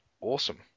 Awesome